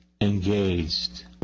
engaged